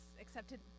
accepted